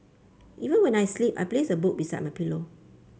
even when I sleep I place a book beside my pillow